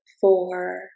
four